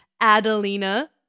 Adelina